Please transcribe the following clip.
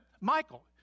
Michael